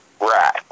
right